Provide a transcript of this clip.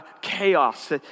chaos